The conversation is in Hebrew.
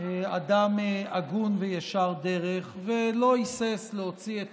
אדם הגון וישר דרך, ולא היסס להוציא את